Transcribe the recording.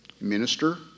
minister